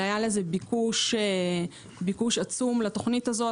היה ביקוש עצום לתוכנית הזו.